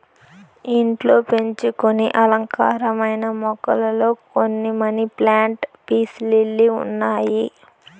ఇంట్లో పెంచుకొనే అలంకారమైన మొక్కలలో కొన్ని మనీ ప్లాంట్, పీస్ లిల్లీ ఉన్నాయి